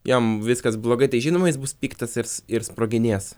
jam viskas blogai tai žinoma jis bus piktas jis ir sproginės